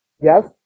Yes